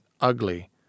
ugly